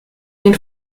den